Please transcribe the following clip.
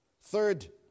Third